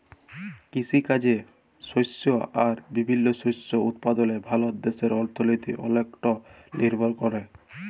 কিসিকাজে শস্য আর বিভিল্ল্য শস্য উৎপাদলে ভারত দ্যাশের অথ্থলিতি অলেকট লিরভর ক্যরে